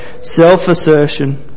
self-assertion